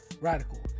Radical